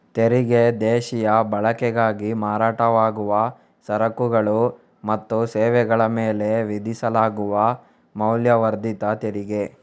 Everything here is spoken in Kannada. ತೆರಿಗೆ ದೇಶೀಯ ಬಳಕೆಗಾಗಿ ಮಾರಾಟವಾಗುವ ಸರಕುಗಳು ಮತ್ತು ಸೇವೆಗಳ ಮೇಲೆ ವಿಧಿಸಲಾಗುವ ಮೌಲ್ಯವರ್ಧಿತ ತೆರಿಗೆ